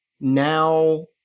now